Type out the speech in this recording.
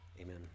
amen